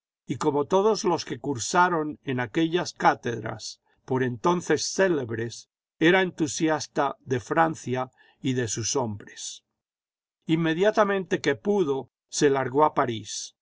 y como todos los que cursaron en aquellas cátedras por entoncco célebres era entusiasta de francia y de sus hombres inmediatamente que pudo se largó a parís